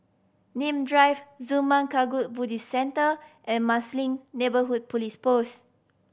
Nim Drive Zurmang Kagyud Buddhist Centre and Marsiling Neighbourhood Police Post